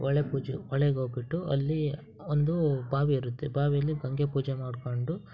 ಹೊಳೆ ಪೂಜೆ ಹೊಳೆಗ್ ಹೋಗಿಬಿಟ್ಟು ಅಲ್ಲಿ ಒಂದು ಬಾವಿ ಇರುತ್ತೆ ಬಾವಿಯಲ್ಲಿ ಗಂಗೆ ಪೂಜೆ ಮಾಡ್ಕೊಂಡು